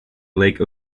lake